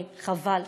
וחבל.